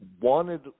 wanted